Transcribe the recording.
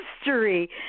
history